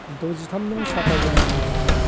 दजिथाम नं चापागुरि समस्थि